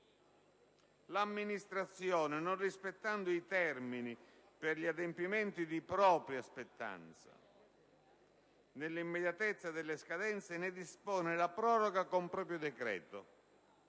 amministrazione, non rispettando i termini per gli adempimenti si propria spettanza, nell'immediatezza dello scadere ne dispone la proroga con proprio decreto,